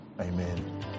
amen